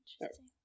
Interesting